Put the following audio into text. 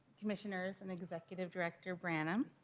commissioners and executive director branam.